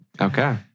Okay